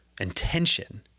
Intention